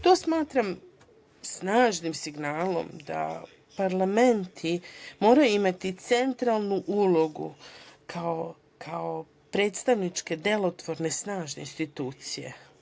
To smatram snažnim signalom da parlamenti moraju imati centralnu ulogu kao predstavničke, delotvorne, snažne institucije.